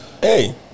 Hey